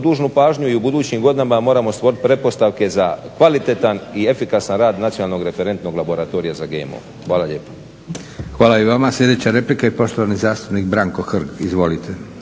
dužnu pažnju i u budućim godinama moramo stvoriti pretpostavke za kvalitetan i efikasan rad Nacionalnog referentnog laboratorija za GMO. Hvala lijepo. **Leko, Josip (SDP)** Hvala i vama. Sljedeća replika i poštovani zastupnik Branko Hrg. Izvolite.